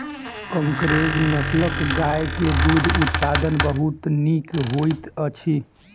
कंकरेज नस्लक गाय के दूध उत्पादन बहुत नीक होइत अछि